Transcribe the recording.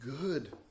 good